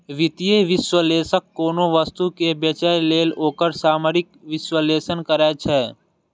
वित्तीय विश्लेषक कोनो वस्तु कें बेचय लेल ओकर सामरिक विश्लेषण करै छै